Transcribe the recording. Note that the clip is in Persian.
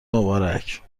مبارک